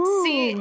see